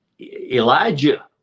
Elijah